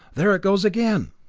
there it goes again!